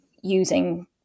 using